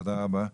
תודה רבה.